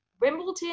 Wimbledon